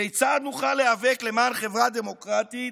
כיצד נוכל להיאבק למען חברה דמוקרטית